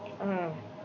ah